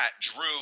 drew